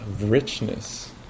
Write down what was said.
richness